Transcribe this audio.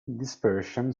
dispersion